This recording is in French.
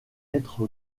être